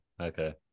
okay